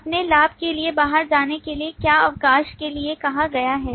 अपने लाभ के लिए बाहर जाने के लिए क्या अवकाश के लिए कहा गया है